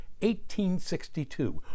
1862